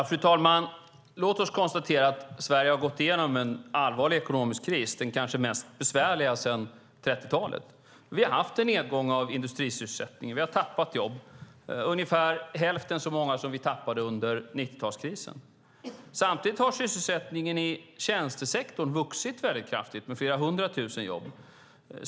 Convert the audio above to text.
Fru talman! Låt oss konstatera att Sverige har gått igenom en allvarlig ekonomisk kris - den kanske mest besvärliga sedan 30-talet. Vi har haft en nedgång av industrisysselsättningen. Vi har tappat jobb, ungefär hälften så många som vi tappade under 90-talskrisen. Samtidigt har sysselsättningen i tjänstesektorn vuxit väldigt kraftigt med flera hundra tusen jobb.